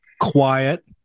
Quiet